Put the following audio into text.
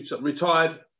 retired